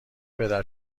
پدر